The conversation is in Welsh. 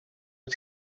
wyt